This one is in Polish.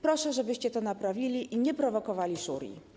Proszę, żebyście to naprawili i nie prowokowali szurii.